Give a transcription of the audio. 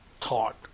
thought